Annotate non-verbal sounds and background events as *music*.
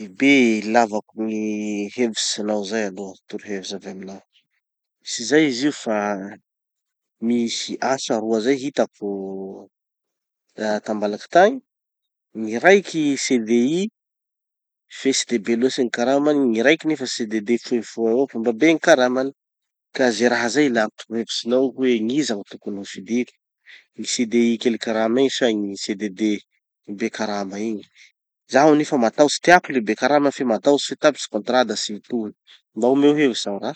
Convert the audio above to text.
*audio distortion* -be ilavako gny hevitsinao zay aloha. Toro-hevitsy avy aminao. Tsy zay izy io fa misy asa roa zay hitako tambaliky tagny. Gny raiky CDI fe tsy de be loatsy gny karamany, gny raiky nefa CDD fohifohy avao fa mba be gny karamany. Ka ze raha zay ilako toro-hevitsinao io hoe gn'iza gny tokony ho fidiko? gny CDI kely karama igny sa gny CDD be karama igny? zaho nefa matahotsy, tiako le be karama fe matahotsy hoe tapatsy contrat da tsy hitohy. Mba omeo hevitsy aho ra!